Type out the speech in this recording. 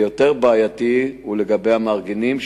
הדבר יותר בעייתי לגבי המארגנים,